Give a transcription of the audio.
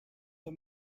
the